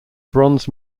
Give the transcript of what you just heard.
bronze